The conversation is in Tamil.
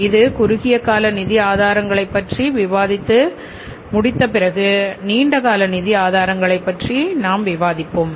இது குறுகிய கால நிதி ஆதாரங்களை பற்றி விவாதித்து முடிந்த பிறகு நீண்டகால நிதி ஆதாரங்களை பற்றி விவாதிப்போம்